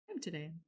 today